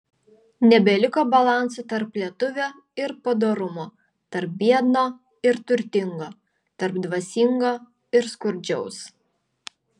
nebeliko balanso tarp lietuvio ir padorumo tarp biedno ir turtingo tarp dvasingo ir skurdžiaus